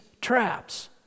traps